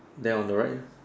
then on the right